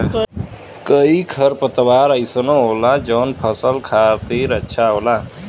कई खरपतवार अइसनो होला जौन फसल खातिर अच्छा होला